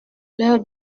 l’heure